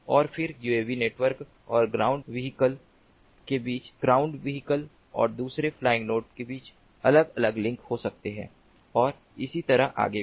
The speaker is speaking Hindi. और फिर यूएवी नेटवर्क और ग्राउंड व्हीकल के बीच ग्राउंड व्हीकल और दूसरे फ्लाइंग नोड के बीच अलग अलग लिंक हो सकते हैं और इसी तरह आगे भी